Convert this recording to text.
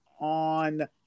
on